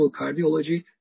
cardiology